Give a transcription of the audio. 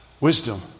wisdom